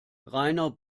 rainer